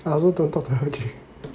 I also don't talk to her